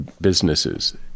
businesses